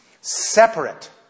separate